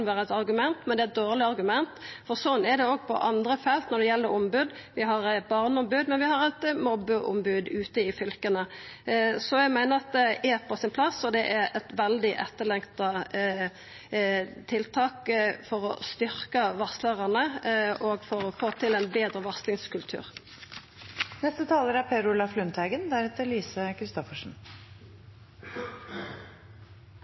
er eit dårleg argument, for slik er det òg på andre felt når det gjeld ombod. Vi har barneombod, men vi har òg eit mobbeombod ute i fylka. Eg meiner det er på sin plass, og at det er eit veldig etterlengta tiltak for å styrkja varslarane og få ein betre varslingskultur. Saken er en del av et større hele, og jeg vil understreke det som er